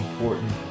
important